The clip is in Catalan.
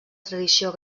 tradició